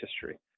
history